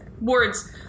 Words